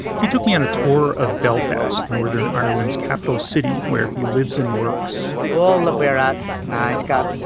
he took me on a tour of belfast, northern ireland's capital city, where he lives and works the wall we are at now scott,